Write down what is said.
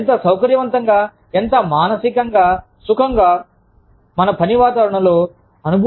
ఎంత సౌకర్యవంతంగా ఎంత మానసికంగా సుఖంగా మన పని వాతావరణంలో అనుభూతి చెందుతాము